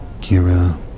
Kira